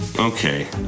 Okay